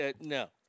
no